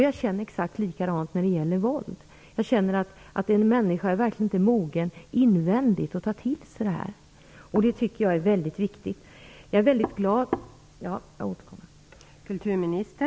Jag känner exakt likadant när det gäller våld. Jag känner att en ung människa inte är mogen invändigt att ta till sig det här.